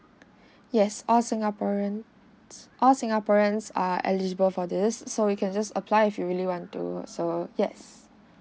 yes all singaporean all singaporeans are eligible for this so you can just apply if you really want to so yes